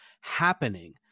happening